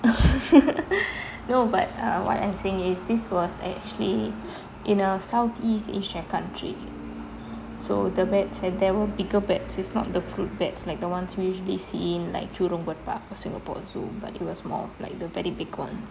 no but uh what I'm saying is this was actually in a south east asia country so the bats have there were bigger bats is not the fruit bats like the ones we usually see in like jurong bird park or singapore zoo but it was more of like the very big [ones]